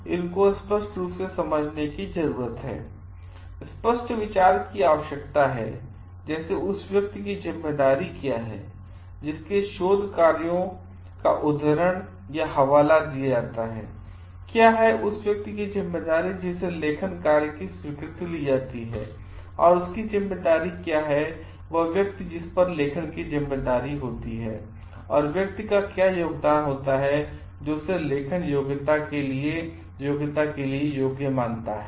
इसलिए इनको स्पष्ट रूप से समझने की जरूरत है स्पष्ट विचार की आवश्यकता है जैसे उस व्यक्ति की ज़िम्मेदारी क्या है जिसके शोध कार्यों कार्यों का उद्धरण हवाला दिया जाता है क्या है उस व्यक्ति की जिम्मेदारी जिसे लेखन कार्य की स्वीकृति ली जाती है और उसकी जिम्मेदारी क्या है वह व्यक्ति जिस पर लेखन की जिम्मेदारी होती है है और व्यक्ति का क्या योगदान होता है जो उसे लेखन योग्यता के लिए योग्यता के लिए योग्य मानता है